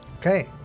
Okay